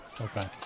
Okay